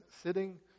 sitting